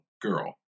girl